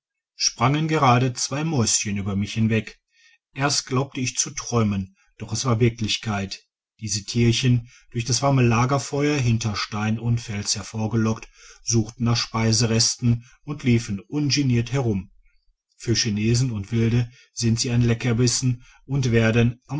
sprangen gerade zwei mäuschen über mich hinweg erst glaubte ich zu träumen doch es war wirklichkeit diese tierchen durch das warme lagerfeuer hinter stein und fels hervorgelockt suchten nach speiseresten und liefen ungeniert herum für chinesen und wilde sind sie ein leckerbissen und werden